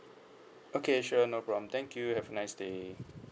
okay sure no problem thank you have a nice day